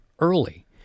early